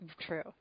True